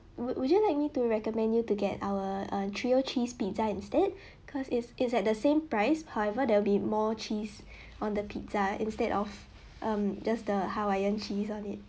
would would you like me to recommend you to get our uh trio cheese pizza instead cause it's it's at the same price however there'll be more cheese on the pizza instead of um just the hawaiian cheese on it